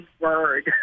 word